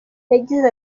yagize